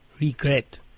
regret